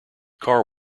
car